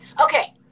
okay